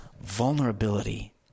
vulnerability